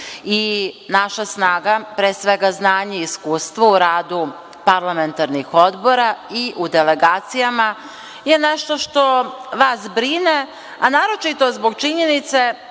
Naša snaga, pre svega, znanje i iskustvo u radu parlamentarnih odbora i u delegacijama je nešto što vas brine, a naročito zbog činjenice